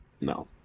No